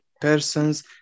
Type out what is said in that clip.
persons